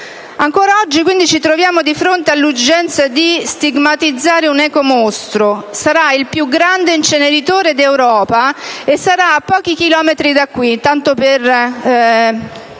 Ancora oggi ci troviamo quindi di fronte all'urgenza di stigmatizzare un ecomostro: sarà il più grande inceneritore d'Europa e si troverà a pochi chilometri da qui, tanto per